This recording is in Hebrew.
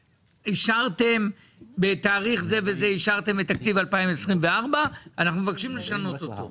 אישרתם בתאריך זה וזה את תקציב 2024 אנחנו מבקשים לשנות אותו.